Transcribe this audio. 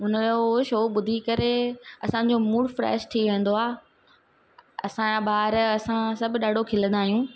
हुनजो उहो शो ॿुधी करे असांजो मूड फ्रैश थी वेंदो आहे असांजा ॿार असां सब ॾाढो खिलंदा आहियूं